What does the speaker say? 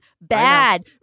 bad